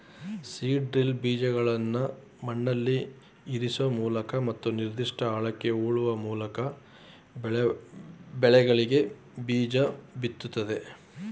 seed drill ಬೀಜಗಳ್ನ ಮಣ್ಣಲ್ಲಿಇರ್ಸೋಮೂಲಕ ಮತ್ತು ನಿರ್ದಿಷ್ಟ ಆಳಕ್ಕೆ ಹೂಳುವಮೂಲ್ಕಬೆಳೆಗಳಿಗೆಬೀಜಬಿತ್ತುತ್ತೆ